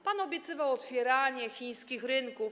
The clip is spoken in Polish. Pan obiecywał otwieranie chińskich rynków.